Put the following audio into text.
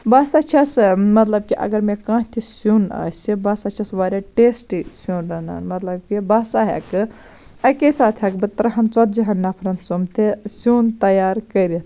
بہٕ سا چھَس مطلب کہِ اَگر مےٚ کانہہ تہِ سیُن آسہِ بہٕ ہسا چھَس واریاہ ٹیسٹی سیُن رَنان مطلب کہِ بہٕ ہسا ہیٚکہٕ اَکے ساتہٕ ہیٚکہٕ بہٕ تٔرہَن ژَتجی ہَن نَفرَن سمب تہِ سیُن تَیار کٔرِتھ